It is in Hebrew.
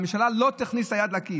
הממשלה לא תכניס את היד לכיס.